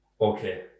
Okay